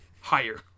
higher